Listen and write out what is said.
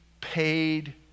paid